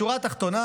בשורה התחתונה,